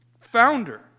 founder